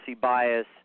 bias